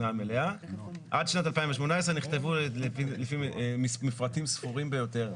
עד שנת 2018 נכתבו מפרטים ספורים ביותר.